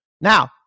now